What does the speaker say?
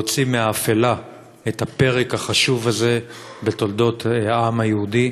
ושהחלטתם להוציא מהאפלה את הפרק החשוב הזה בתולדות העם היהודי.